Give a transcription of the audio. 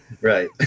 Right